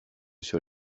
sur